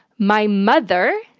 my mother,